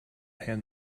hand